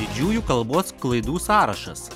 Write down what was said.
didžiųjų kalbos klaidų sąrašas